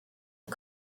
are